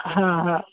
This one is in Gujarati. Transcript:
હા હા